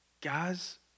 Guys